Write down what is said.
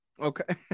Okay